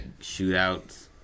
Shootouts